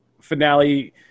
finale